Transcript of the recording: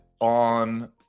on